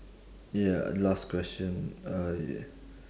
ya last question I